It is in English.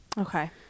Okay